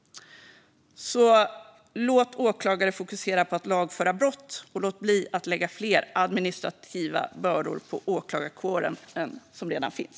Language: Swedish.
Låt åklagare fokusera på att lagföra brottslingar, och låt bli att lägga fler administrativa bördor på åklagarkåren.